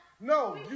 No